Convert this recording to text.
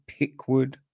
Pickwood